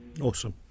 Awesome